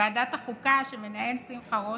ועדת החוקה שמנהל שמחה רוטמן,